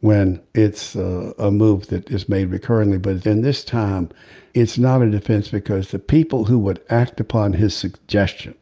when it's a move that is made currently but then this time it's not a defense because the people who would act upon his suggestion